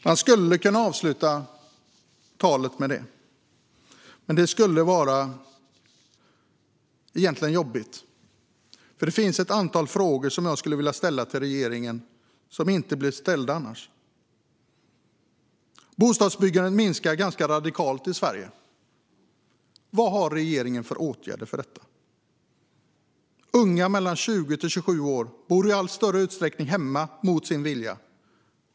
Jag skulle kunna avsluta mitt anförande med detta. Men det skulle vara jobbigt, eftersom det finns ett antal frågor som jag skulle vilja ställa till regeringen som annars inte blir ställda. Bostadsbyggandet minskar ganska radikalt i Sverige. Vad har regeringen för åtgärder för detta? Unga mellan 20 och 27 år bor i allt större utsträckning hemma mot sin vilja.